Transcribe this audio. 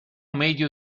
medio